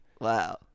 wow